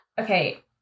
okay